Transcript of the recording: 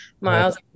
Miles